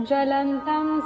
Jalantam